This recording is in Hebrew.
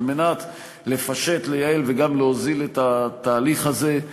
על מנת לפשט, לייעל וגם להוזיל את התהליך הזה,